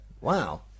Wow